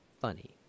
funny